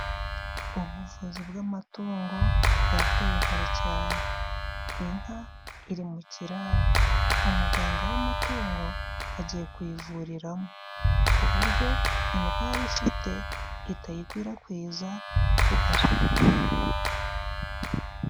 Ubuvuzi bw'amatungo bwateye imbere cyane. Inka iri mu kiraro umuganga w'amatungo agiye kuyivuriramo, ku buryo indwara ifite itayikwirakwiza kugaru.